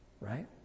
right